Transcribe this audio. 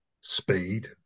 speed